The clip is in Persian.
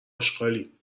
آشغالی